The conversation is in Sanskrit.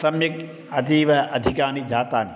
सम्यक् अतीव अधिकानि जातानि